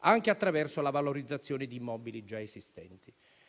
anche attraverso la valorizzazione di immobili già esistenti.